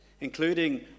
Including